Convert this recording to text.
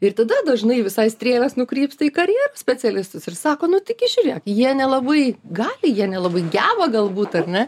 ir tada dažnai visai strėlės nukrypsta į karjeros specialistus ir sako nu taigi žiūrėk jie nelabai gali jie nelabai geba galbūt ar ne